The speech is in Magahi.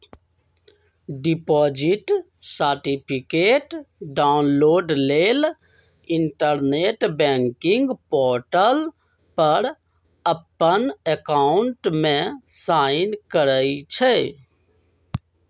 डिपॉजिट सर्टिफिकेट डाउनलोड लेल इंटरनेट बैंकिंग पोर्टल पर अप्पन अकाउंट में साइन करइ छइ